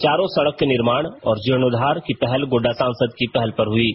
चारों सड़क के निर्माण और जीर्णोद्धार की पहल गोड्डा सांसद की पहल पर हुई है